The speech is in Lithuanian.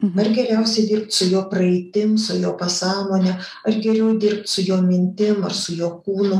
ar geriausia dirbt su jo praeitim su jo pasąmone ar geriau dirbt su jo mintim ar su jo kūnu